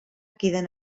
queden